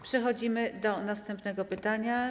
Przechodzimy do następnego pytania.